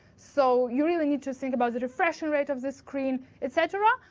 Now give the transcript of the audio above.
so you really need to think about the refreshing rate of the screen, etc.